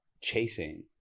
chasing